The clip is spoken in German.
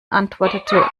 antwortete